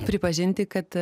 pripažinti kad